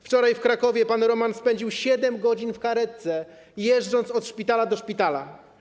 Wczoraj w Krakowie pan Roman spędził 7 godzin w karetce, jeżdżąc od szpitala do szpitala.